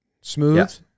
smooth